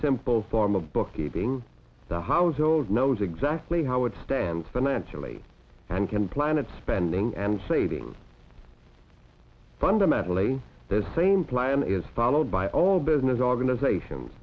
simple form of bookkeeping the household knows exactly how it stands financially and can plan it spending and saving fundamentally the same plan is followed by all business organizations